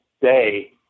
day